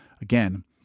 again